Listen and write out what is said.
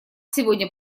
сегодня